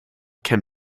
can